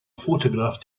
photograph